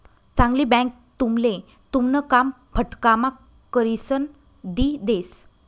चांगली बँक तुमले तुमन काम फटकाम्हा करिसन दी देस